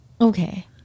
Okay